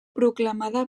proclamada